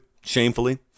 shamefully